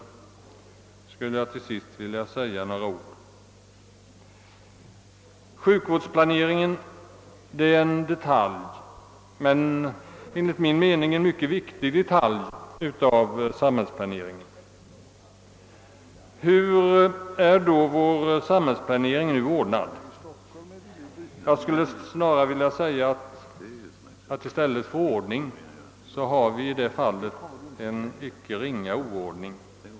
Sjukvårdsplaneringen är en detalj av samhällsplaneringen men enligt min mening en mycket viktig sådan. Och hur är då vår samhällsplanering ordnad? Ja, jag skulle snarast vilja säga att vi där i stället för ordning har en icke ringa oordning.